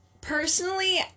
personally